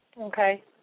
Okay